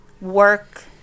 work